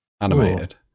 animated